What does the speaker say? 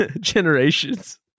generations